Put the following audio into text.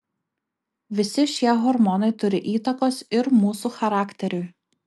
visi šie hormonai turi įtakos ir mūsų charakteriui